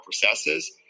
processes